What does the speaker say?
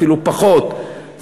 אפילו פחות,